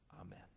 Amen